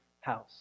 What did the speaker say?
house